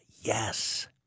Yes